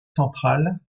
central